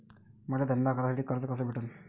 मले धंदा करासाठी कर्ज कस भेटन?